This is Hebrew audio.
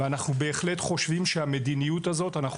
ואנחנו בהחלט חושבים שהמדיניות הזאת אנחנו